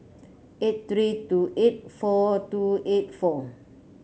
eight three two eight four two eight four